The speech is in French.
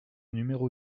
numéro